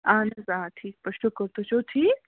اَہن حظ آ ٹھیٖک پٲٹھۍ شُکُر تُہۍ چھُو ٹھیٖک